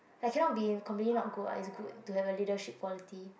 it cannot be completely not good [what] it's good to have a leadership quality